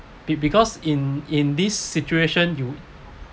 be~ because in in this situation you